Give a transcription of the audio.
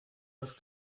das